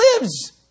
lives